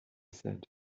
said